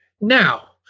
Now